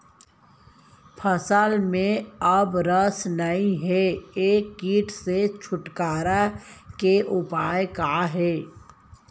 फसल में अब रस नही हे ये किट से छुटकारा के उपाय का हे?